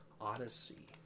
Odyssey